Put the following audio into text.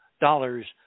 dollars